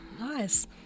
Nice